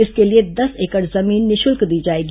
इसके लिए दस एकड़ जमीन निःशुल्क दी जाएगी